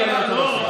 מי ניהל אותו?